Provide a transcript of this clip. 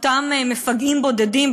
אותם מפגעים בודדים,